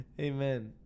Amen